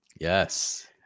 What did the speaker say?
Yes